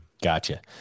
Gotcha